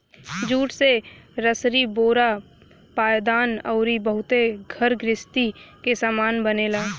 jute से रसरी बोरा पायदान अउरी बहुते घर गृहस्ती के सामान बनेला